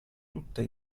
tutte